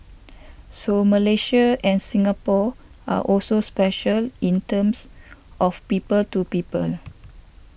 so Malaysia and Singapore are also special in terms of people to people